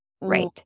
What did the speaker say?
right